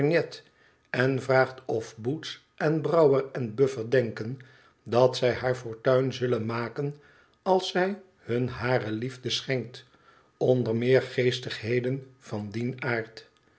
en vraagt of boots en brouwer en buffer denken dat zij haar fortuin zullen msücen als zij hun hare liefde schenkt onder meer geestigheden van dien aard